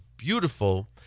beautiful